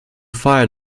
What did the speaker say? fire